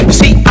see